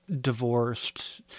divorced